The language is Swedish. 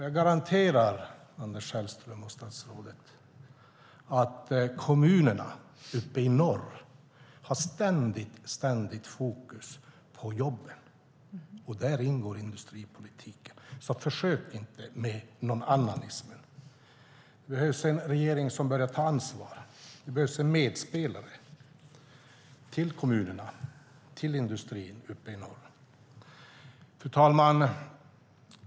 Jag garanterar, Anders Sellström och statsrådet, att kommunerna uppe i norr ständigt har fokus på jobben, och där ingår industripolitiken. Försök inte med nånannanism! Det behövs en regering som börjar ta ansvar. Det behövs en medspelare till kommunerna och till industrin uppe i norr. Fru talman!